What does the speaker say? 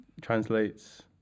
translates